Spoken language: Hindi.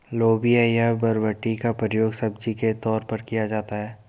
लोबिया या बरबटी का प्रयोग सब्जी के तौर पर किया जाता है